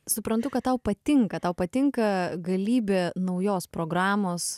suprantu kad tau patinka tau patinka galybė naujos programos